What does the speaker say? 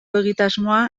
egitasmoa